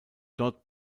dort